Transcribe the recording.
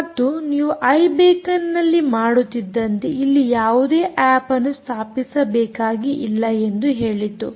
ಮತ್ತು ನೀವು ಐ ಬೇಕನ್ನಲ್ಲಿ ಮಾಡುತ್ತಿದ್ದಂತೆ ಇಲ್ಲಿ ಯಾವುದೇ ಆಪ್ ಅನ್ನು ಸ್ಥಾಪಿಸಬೇಕಾಗಿ ಇಲ್ಲ ಎಂದು ಹೇಳಿತು